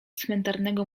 cmentarnego